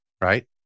right